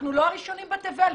אנחנו לא הראשונים בתבל,